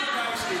פנינה, בזכותו זה